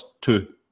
two